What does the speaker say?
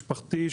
משפחתי,